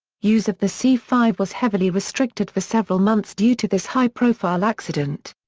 use of the c five was heavily restricted for several months due to this high profile accident.